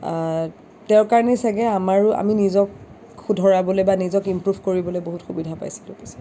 তেওঁৰ কাৰণেই চাগে আমাৰো আমি নিজক শুধৰাবলে বা নিজক ইমপ্ৰ'ভ কৰিবলে বহুত সুবিধা পাইছিলো পিছে